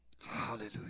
Hallelujah